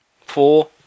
four